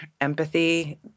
empathy